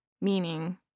meaning